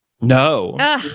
No